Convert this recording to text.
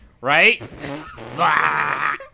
right